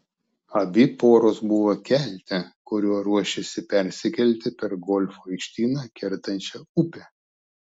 abi poros buvo kelte kuriuo ruošėsi persikelti per golfo aikštyną kertančią upę